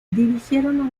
dirigieron